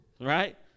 Right